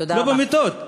לא במיטות.